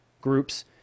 groups